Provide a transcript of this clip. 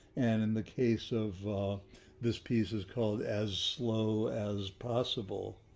and in the case of this piece is called as slow as possible.